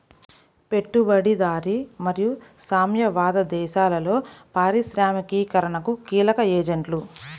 పెట్టుబడిదారీ మరియు సామ్యవాద దేశాలలో పారిశ్రామికీకరణకు కీలక ఏజెంట్లు